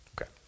Okay